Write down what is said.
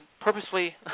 purposely